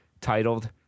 Titled